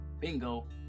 Bingo